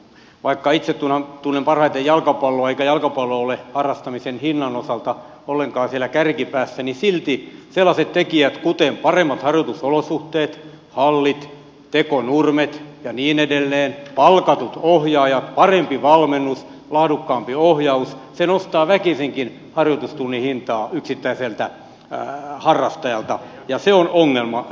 vaikka itse tunnen parhaiten jalkapalloa eikä jalkapallo ole harrastamisen hinnan osalta ollenkaan siellä kärkipäässä silti sellaiset tekijät kuin paremmat harjoitusolosuhteet hallit tekonurmet ja niin edelleen palkatut ohjaajat parempi valmennus laadukkaampi ohjaus nostavat väkisinkin harjoitustunnin hintaa yksittäiseltä harrastajalta ja se on ongelma